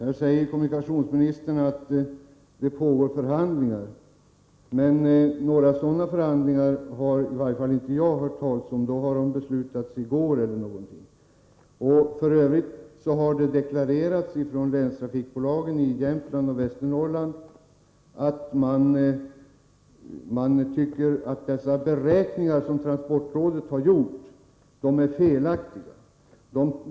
Fru talman! Kommunikationsministern säger att förhandlingar pågår. Men några sådana har i varje fall inte jag hört talas om. Då har de beslutats i går. F. ö. har länstrafikbolagen i Jämtland och Västernorrland deklarerat att de beräkningar som transportrådet har gjort är felaktiga.